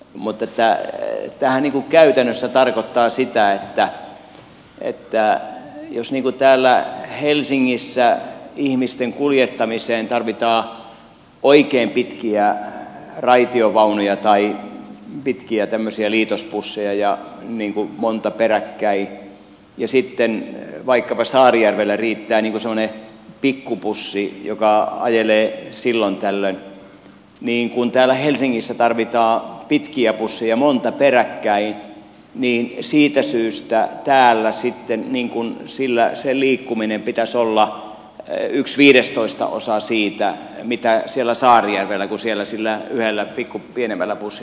mutta tämähän käytännössä tarkoittaa sitä että jos täällä helsingissä ihmisten kuljettamiseen tarvitaan oikein pitkiä raitiovaunuja tai pitkiä liitosbusseja ja monta peräkkäin ja sitten vaikkapa saarijärvellä riittää semmoinen pikkubussi joka ajelee silloin tällöin niin kun täällä helsingissä tarvitaan pitkiä busseja monta peräkkäin niin siitä syystä täällä sitten sen liikkumisen pitäisi olla yksi viidestoistaosa siitä mitä siellä saarijärvellä kun siellä sillä yhdellä pienemmällä bussilla pärjätään